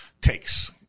takes